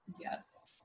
Yes